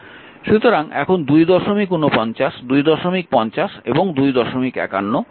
সুতরাং এখন 249 250 এবং 251 এই সমীকরণগুলি লক্ষ্য করুন